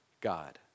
God